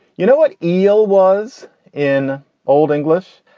you know what eel was in old english?